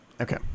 okay